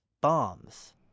bombs